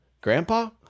Grandpa